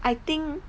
I think